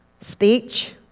speech